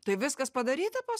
tai viskas padaryta pas